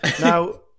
Now